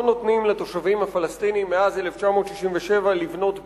לא נותנים לתושבים הפלסטינים מאז 1967 לבנות בתים,